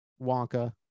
wonka